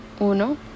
Uno